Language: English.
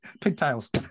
Pigtails